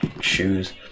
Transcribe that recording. shoes